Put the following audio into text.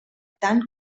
tant